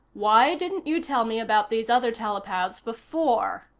why didn't you tell me about these other telepaths before?